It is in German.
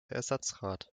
ersatzrad